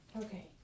Okay